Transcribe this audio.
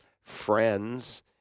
friends